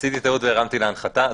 עשיתי טעות והרמתי להנחתה.